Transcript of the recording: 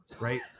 right